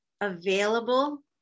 available